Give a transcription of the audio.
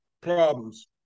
problems